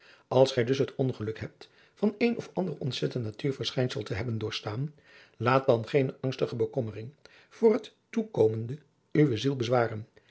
als gij dus het geluk hebt van een of ander ontzettend natuurverschijnsel te hebben doorgestaan laat dan geene angstige bekommering voor het toekomende uwe ziel bezwaren